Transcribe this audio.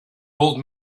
old